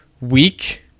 week